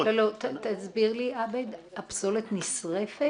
תסביר לי עבד, הפסולת נשרפת.